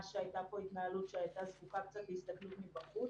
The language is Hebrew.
שהייתה פה התנהלות שהייתה זקוקה קצת להסתכלות מבחוץ.